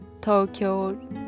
Tokyo